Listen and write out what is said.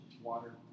water